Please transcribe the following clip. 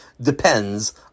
depends